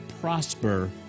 prosper